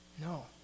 No